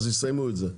אז יסיימו את זה.